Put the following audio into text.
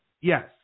Yes